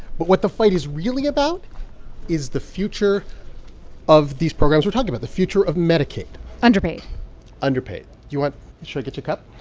but what the fight is really about is the future of these programs we're talking about, the future of medicaid underpaid underpaid you want should i get you a cup?